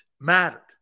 mattered